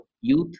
youth